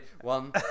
One